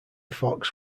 fox